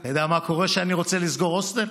אתה יודע מה קורה כשאני רוצה לסגור הוסטל?